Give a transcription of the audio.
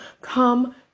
come